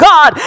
God